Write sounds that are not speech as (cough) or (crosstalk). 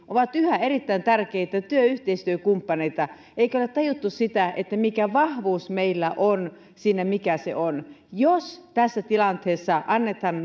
ovat yhä erittäin tärkeitä työ ja yhteistyökumppaneita eikä ole tajuttu sitä mikä vahvuus meillä on siinä mikä meillä on jos tässä tilanteessa annetaan (unintelligible)